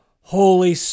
Holy